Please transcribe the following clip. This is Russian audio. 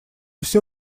все